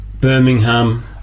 birmingham